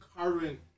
current